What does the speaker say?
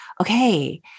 okay